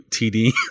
TD